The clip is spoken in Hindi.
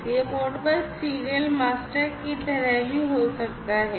और यह मोडबस सीरियल मास्टर की तरह भी हो सकता है